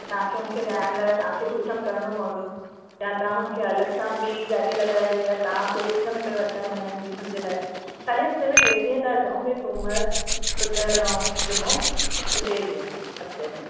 त तव्हांखे हुनखे विहारण लाइ तव्हांखे बि उधम करिणो पवंदो जां तव्हां हुनखे अलॻि सां ॿी गाॾी लॻाए ॾियो या तव्हां थोरी उधम कयो अचणु वञणु जी हुनजे लाइ ख़ाली हफ़्ते में टे ॾींहुं हीउ था चऊं सुमरु ॿुधरु सिं जुमो ई टे ॾींहु हफ़्ते में